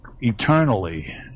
eternally